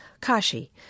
Kashi